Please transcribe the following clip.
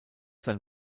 sein